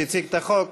שהציג את החוק,